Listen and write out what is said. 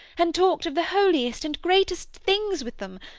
and talked of the holiest and greatest things with them,